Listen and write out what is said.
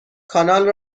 کانال